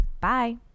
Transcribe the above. Bye